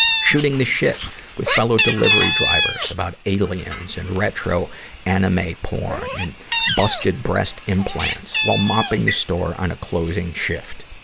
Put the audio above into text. shooting the shit with fellow delivery drivers about aliens and retro anime porn and busted breast implants, while mopping the store on a closing shift.